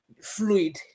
fluid